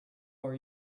are